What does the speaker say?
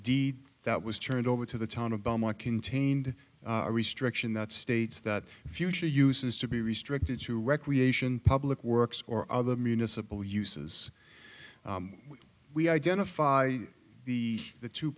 deed that was turned over to the town of belmont contained a restriction that states that future use is to be restricted to recreation public works or other municipal uses we identify the the two